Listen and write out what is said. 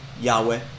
yahweh